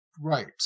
Right